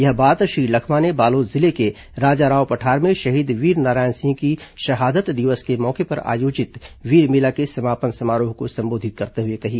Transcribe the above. यह बात श्री लखमा ने बालोद जिले के राजाराव पठार में शहीद वीरनारायण सिंह की शहादत दिवस के मौके पर आयोजित वीर मेला के समापन समारोह को संबोधित करते हुए कही